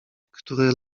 który